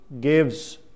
gives